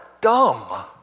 dumb